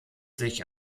sich